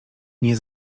nie